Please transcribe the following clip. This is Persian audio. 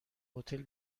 هتل